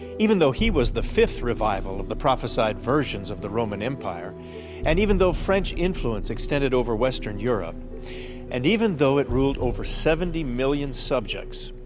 even though he was the fifth revival of the prophesied versions of the roman empire and even though french influence extended over western europe and even though it ruled over seventy million subjects,